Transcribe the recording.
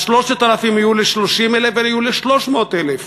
ה-3,000 יהיו ל-30,000, ואלה יהיו ל-300,000.